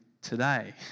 today